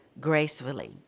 gracefully